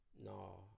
no